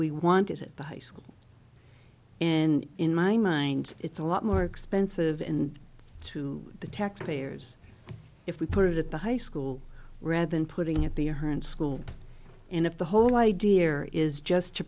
we want it at the high school and in my mind it's a lot more expensive and to the taxpayers if we put it at the high school rather than putting it there her in school and if the whole idea here is just to